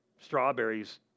strawberries